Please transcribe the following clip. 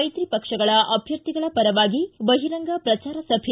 ಮೈತ್ರಿ ಪಕ್ಷಗಳ ಅಧ್ಯರ್ಥಿಗಳ ಪರವಾಗಿ ಬಹಿರಂಗ ಪ್ರಚಾರ ಸಭೆ